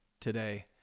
today